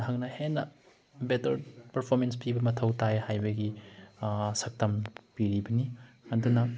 ꯅꯍꯥꯛꯅ ꯍꯦꯟꯅ better performance ꯄꯤꯕ ꯃꯊꯧ ꯇꯥꯏ ꯍꯥꯏꯕꯒꯤ ꯁꯛꯇꯝ ꯄꯤꯔꯤꯕꯅꯤ ꯑꯗꯨꯅ